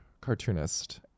cartoonist